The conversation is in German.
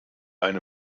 eine